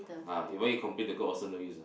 ah even you complain to God also no use ah